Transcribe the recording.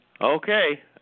Okay